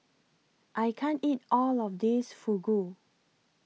I can't eat All of This Fugu